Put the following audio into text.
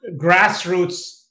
grassroots